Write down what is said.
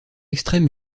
extrême